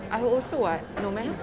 I also [what] no meh